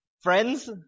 Friends